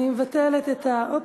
אני מבטלת את, אופס.